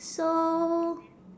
so